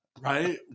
right